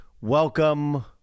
welcome